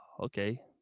okay